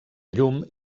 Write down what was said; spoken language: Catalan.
llum